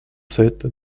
sept